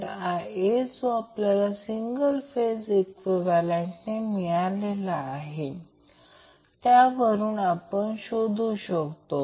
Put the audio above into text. त्याचप्रमाणे Vbc हा Vbn ला 30° ने लीड करत आहे आणि त्याचप्रमाणे Vca हा Vcn ला 30° ने लीड करत आहे